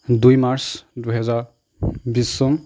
দুই মাৰ্চ দুই হাজাৰ বিশ চন